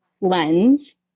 lens